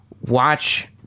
watch